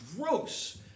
gross